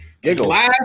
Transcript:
Giggles